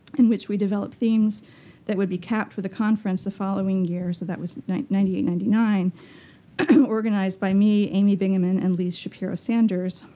in which we developed themes that would be capped with a conference the following year so that was ninety ninety eight, ninety nine organized by me, amy bingaman and lise shapiro-sanders,